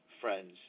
friends